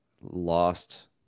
lost